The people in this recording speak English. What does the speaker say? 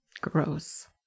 Gross